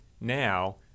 Now